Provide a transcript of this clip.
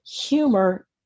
humor